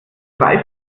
zwei